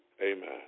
Amen